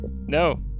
No